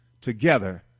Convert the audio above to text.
together